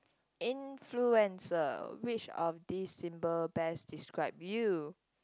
influencer which of these symbol best describe you